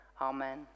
Amen